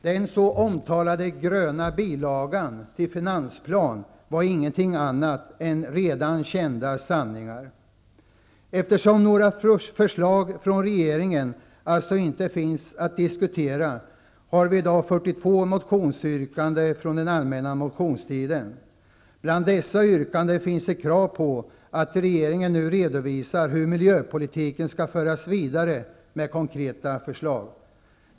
Den så omtalade gröna bilagan till finansplanen var ingenting annat än redan kända sanningar. Eftersom några förslag från regeringen inte finns, diskuterar vi här i dag 42 motionsyrkanden från den allmänna motionstiden. Bland dessa yrkanden finns ett krav på att regeringen nu skall redovisa konkreta förslag om hur miljöpolitiken skall föras vidare.